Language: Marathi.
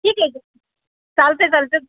ठीक आहे की चालते चालते